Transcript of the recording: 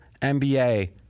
NBA